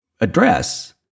address